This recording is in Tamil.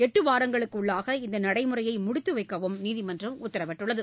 எட்டுவாரங்களுக்குள்ளாக இந்த நடைமுறையை முடித்து வைக்கவும் நீதிமன்றம் உத்தரவிட்டுள்ளது